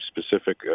specific